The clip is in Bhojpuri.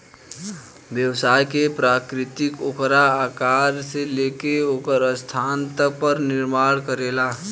व्यवसाय के प्रकृति ओकरा आकार से लेके ओकर स्थान पर निर्भर करेला